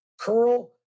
curl